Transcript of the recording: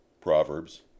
Proverbs